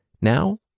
Now